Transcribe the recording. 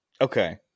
Okay